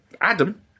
Adam